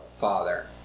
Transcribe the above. father